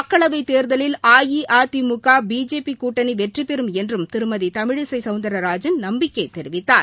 மக்களவை தேர்திலில் அஇஅதிமுக பிஜேபி கூட்டணி வெற்றி பெறும் என்றும் திருமதி தமிழிசை கௌந்தரராஜன் நம்பிக்கை தெரிவித்தார்